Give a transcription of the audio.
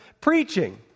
preaching